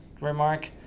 remark